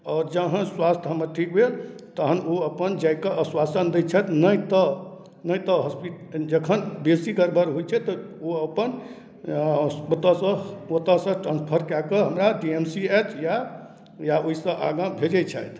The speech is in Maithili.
और जहाँ स्वास्थ्य हमर ठीक भेल तहन ओ अपन जायके आश्वासन दै छथि नहि तऽ नहि तऽ हॉस्पिटल जखन बेसी गड़बड़ होइ छै तऽ ओ अपन ओतयसँ ओतयसँ ट्रांसफर कए कऽ हमरा डी एम सी एच या या ओहिसँ आगाँ भेजै छथि